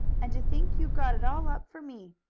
and to think you got it all up for me!